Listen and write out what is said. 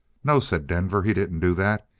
no, said denver, he didn't do that.